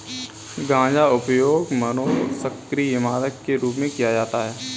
गांजा उपयोग मनोसक्रिय मादक के रूप में किया जाता है